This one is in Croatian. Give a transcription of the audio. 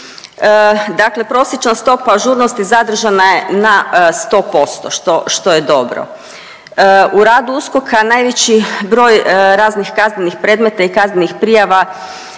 dakle prosječna stopa ažurnosti zadržana je na 100% što, što je dobro. U radu USKOK-a najveći broj raznih kaznenih predmeta i kaznenih prijava